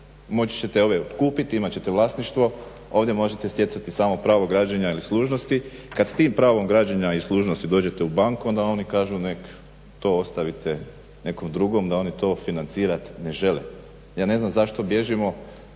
ćete ove kupiti, imati ćete vlasništvo, ovdje možete stjecati samo pravo građenja ili služnosti. Kada s tim pravom građenja i služnosti dođete u banku onda oni kažu neka to ostavite nekom drugom da oni to financirati ne žele. Ja ne znam zašto bježimo